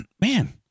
Man